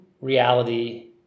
reality